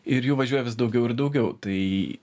ir jų važiuoja vis daugiau ir daugiau tai